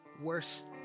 worst